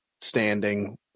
standing